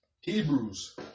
Hebrews